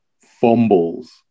fumbles